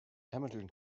hamilton